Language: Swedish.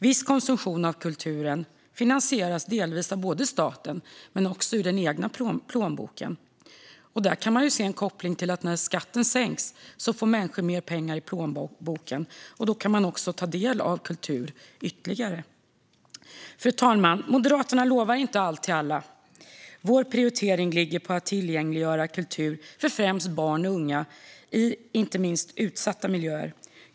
Viss konsumtion av kultur finansieras delvis av staten men också med den egna plånboken. Här kan man se en koppling: När skatten sänks får människor mer pengar i plånboken, och då kan de ta del av kultur mer. Fru talman! Moderaterna lovar inte allt till alla. Vår prioritering är att tillgängliggöra kultur för främst barn och unga, inte minst i utsatta miljöer.